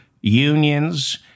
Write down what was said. unions